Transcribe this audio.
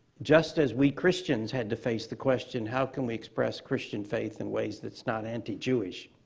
just as we christians had to face the question, how can we express christian faith in ways that's not anti-jewish?